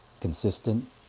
consistent